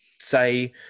say